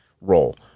role